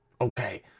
Okay